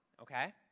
okay